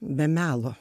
be melo